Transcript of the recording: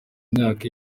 imyaka